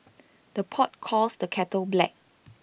the pot calls the kettle black